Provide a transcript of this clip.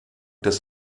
des